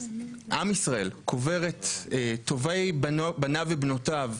עם ישראל קובר את טובי בניו ובנותיו,